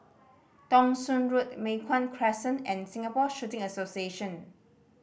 Thong Soon Road Mei Hwan Crescent and Singapore Shooting Association